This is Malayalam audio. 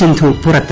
സിന്ധു പുറത്ത്